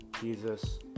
Jesus